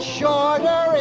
shorter